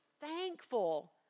thankful